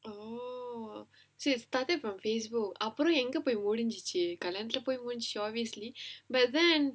oh so it started from Facebook அப்புறம் எங்க போயி முடிஞ்சிச்சி கல்யாணத்துல போய் முடிஞ்சிச்சு:appuram enga poyi mudinchichi kalyaanathula poyi mudinchichu obviously but then